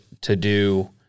to-do